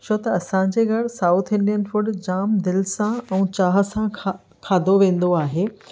छो त असांजे घरु साउथ इंडियन फूड जाम दिलि सां ऐं चाह सां खाधो वेंदो आहे